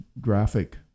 graphic